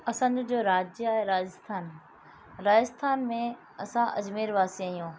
असांजो जो राज्य आहे राजस्थान राजस्थान में असां अजमेर वासी आहियूं